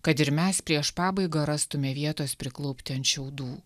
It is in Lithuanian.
kad ir mes prieš pabaigą rastume vietos priklaupti ant šiaudų